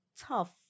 tough